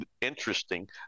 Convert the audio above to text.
interesting